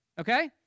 okay